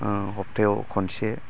हप्तायाव खनसे